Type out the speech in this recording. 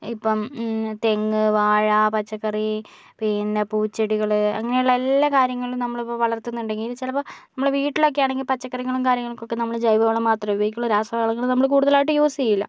ഇപ്പോൾ തെങ്ങ് വാഴ പച്ചക്കറി പിന്നെ പൂച്ചെടികൾ അങ്ങനെ ഉള്ള എല്ലാ കാര്യങ്ങളും നമ്മളിപ്പോൾ വളർത്തുന്നുണ്ടെങ്കിൽ ചിലപ്പോൾ നമ്മള് വീട്ടിലൊക്കെ ആണെങ്കിൽ പച്ചക്കറികളും കാര്യങ്ങൾക്കൊക്കെ നമ്മൾ ജൈവവളം മാത്രം ഉപയോഗിക്കുള്ളൂ രാസവളങ്ങള് നമ്മള് കൂടുതലായിട്ട് യൂസ് ചെയ്യില്ല